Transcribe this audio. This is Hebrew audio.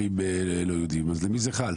לכפרים לא יהודים, אז על מי זה חל?